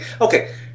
Okay